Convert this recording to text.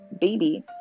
baby